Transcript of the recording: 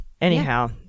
Anyhow